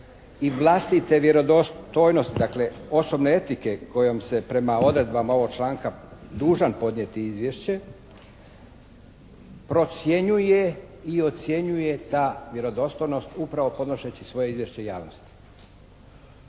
i vlastite vjerodostojnosti, dakle osobne etike kojom se prema odredbama ovog članka dužan podnijeti izvješće procjenjuje i ocjenjuje ta vjerodostojnost upravo ponošeći svoje izvješće javnosti.